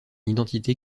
identité